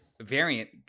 variant